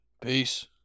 Peace